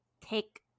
take